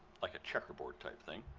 like a checkerboard type thing,